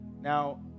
Now